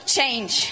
change